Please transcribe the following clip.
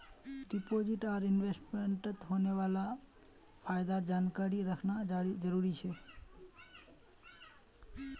deposit आर इन्वेस्टमेंटत होने वाला फायदार जानकारी रखना जरुरी छे